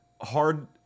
Hard